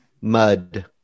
Mud